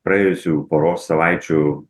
praėjusių poros savaičių